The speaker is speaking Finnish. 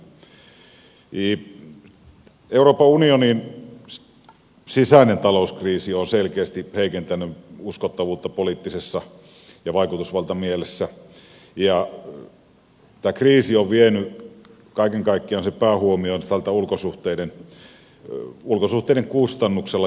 euroopan unionin sisäinen talouskriisi on selkeästi heikentänyt uskottavuutta poliittisessa ja vaikutusvaltamielessä ja tämä kriisi on vienyt kaiken kaikkiaan sen päähuomion ulkosuhteiden kustannuksella käytännössä